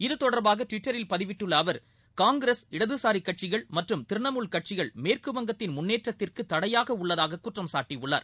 இதுதொடர்பாகடுவிட்டரில் பதிவிட்டுள்ளஅவர் காங்கிரஸ் இடதுசாரிகட்சிகள் மற்றும் திரணாமுல் கட்சிகள் மேற்குவங்கத்தின் முன்னேற்றத்திற்குதடையாகஉள்ளதாககுற்றம் சாட்டியுள்ளார்